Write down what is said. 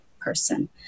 person